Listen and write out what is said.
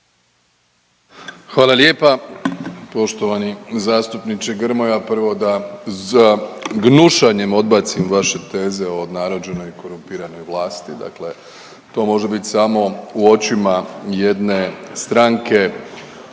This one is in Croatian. Hvala lijepa. Poštovani zastupniče Grmoja prvo da sa gnušanjem odbacim vaše teze o naređenoj i korumpiranoj vlasti. Dakle, to može bit samo u očima jedne stranke